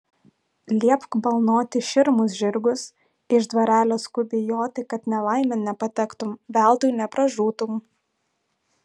liepk balnoti širmus žirgus iš dvarelio skubiai joti kad nelaimėn nepatektum veltui nepražūtum